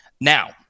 Now